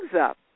up